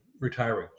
retiring